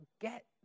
get